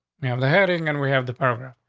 we have the heading and we have the partner.